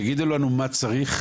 תגידו לנו מה צריך.